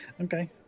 Okay